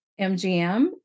MGM